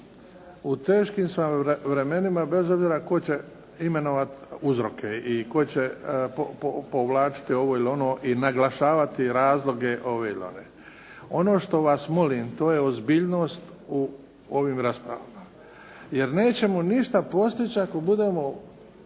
u teškim sam vremenima bez obzira tko će imenovati uzroke i tko će povlačiti ovo ili ono ili naglašavati razloge ove ili one. Ono što vas molim to je ozbiljnost u ovim raspravama, jer nećemo ništa postići ako budemo